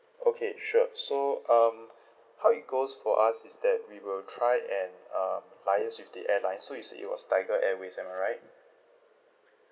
okay sure so um how it goes for us is that we will try and um liaise with the airlines so you said it was tiger airways am I right